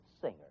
singer